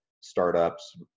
startups